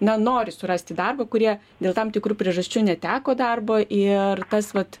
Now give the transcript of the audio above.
na nori surasti darbą kurie dėl tam tikrų priežasčių neteko darbo ir tas vat